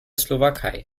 slowakei